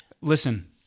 Listen